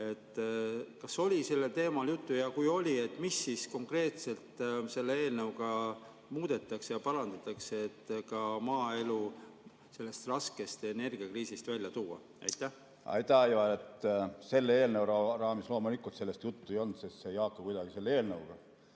Kas oli sellel teemal juttu? Kui oli, siis mida konkreetselt selle eelnõuga muudetakse ja parandatakse, et ka maaelu sellest raskest energiakriisist välja tuua? Aitäh, Aivar! Selle eelnõu raames loomulikult sellest juttu ei olnud, sest see ei haaku kuidagi selle eelnõuga.